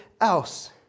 else